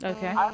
Okay